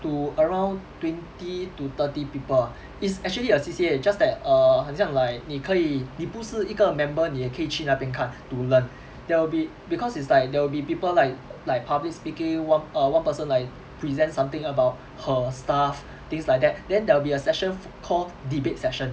to around twenty to thirty people it's actually a C_C_A just that err 很像 like 你可以你不是一个 member 你也可以去那边看 to learn there will be because it's like there will be people like like public speaking one err one person like present something about her stuff things like that then there will be a session called debate session